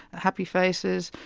happy faces,